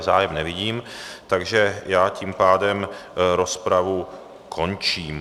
Zájem nevidím, takže já tím pádem rozpravu končím.